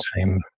time